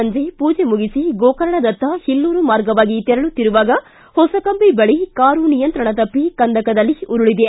ಸಂಜೆ ಪೂಜೆ ಮುಗಿಸಿ ಗೋಕರ್ಣದತ್ತ ಹಿಲ್ಲೂರ ಮಾರ್ಗವಾಗಿ ತೆರಳುತ್ತಿರುವಾಗ ಹೊಸಕಂಬಿ ಬಳಿ ಕಾರು ನಿಯಂತ್ರಣ ತಪ್ಪಿ ಕಂದಕದಲ್ಲಿ ಉರುಳಿದೆ